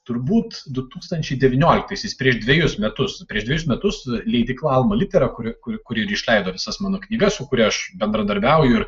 turbūt du tūkstančiai devynioliktaisiais prieš dvejus metus prieš dvejus metus leidykla alma litera ku kuri kuri išleido visas mano knyga su kuria aš bendradarbiauju ir